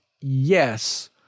yes